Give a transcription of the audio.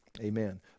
amen